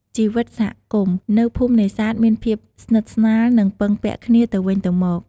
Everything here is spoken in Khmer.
ជីវិតសហគមន៍ នៅភូមិនេសាទមានភាព ស្និទ្ធស្នាល និងពឹងពាក់គ្នាទៅវិញទៅមក។